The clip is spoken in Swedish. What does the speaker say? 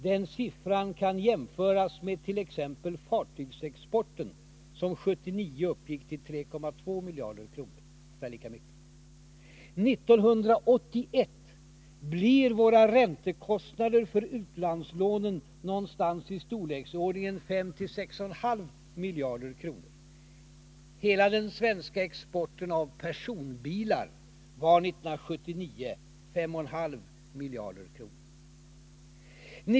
Den siffran kan jämföras med t.ex. fartygsexporten, som 1979 uppgick till 3,2 miljarder kronor — alltså ungefär lika mycket. 1981 blir våra räntekostnader för utlandslånen någonstans i storleksordningen 5-6,5 miljarder kronor. Hela den svenska exporten av personbilar var 1979 5,5 miljarder kronor.